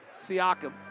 Siakam